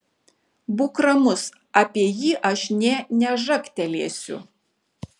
būk ramus apie jį aš nė nežagtelėsiu